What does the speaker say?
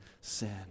sin